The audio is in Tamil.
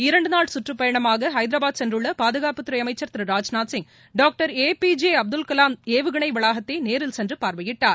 இரண்டு நாள் கற்றப்பயணமாக ஐதராபாத் சென்றுள்ள பாதுகாப்புத்துறை அமைச்சர் Thiru Rajnath Singh doctor A B J Abdul Kalam ஏவுகணை வளாகத்தை நேரில் சென்று பார்வையிட்டார்